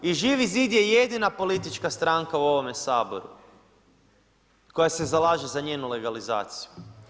I Živi zid je jedina politička stranka u ovome Saboru koja se zalaže za njenu legalizaciju.